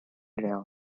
rang